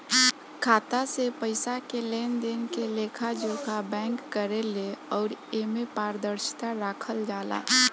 खाता से पइसा के लेनदेन के लेखा जोखा बैंक करेले अउर एमे पारदर्शिता राखल जाला